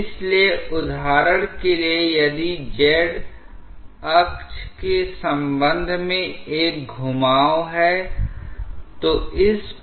इसलिए उदाहरण के लिए यदि z अक्ष के संबंध में एक घुमाव है तो इस प्लेन में होता है